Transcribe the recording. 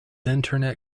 internet